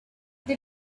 they